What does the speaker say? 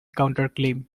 counterclaim